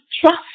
Trust